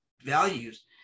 values